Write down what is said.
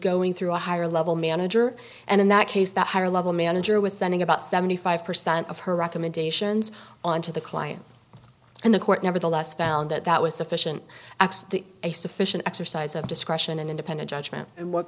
going through a higher level manager and in that case that higher level manager was sending about seventy five percent of her recommendations on to the client and the court nevertheless found that that was sufficient x the a sufficient exercise of discretion an independent judgment and what